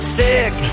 sick